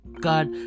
God